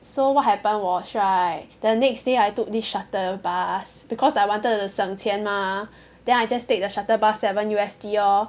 so what happened was right the next day I took this shuttle bus because I wanted to 省钱 mah then I just take the shuttle bus seven U_S_D lor